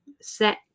set